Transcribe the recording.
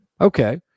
Okay